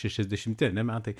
šešiasdešimti ane metai